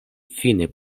fine